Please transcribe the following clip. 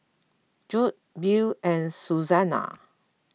Jude Bill and Susana